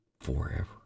forever